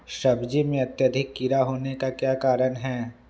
सब्जी में अत्यधिक कीड़ा होने का क्या कारण हैं?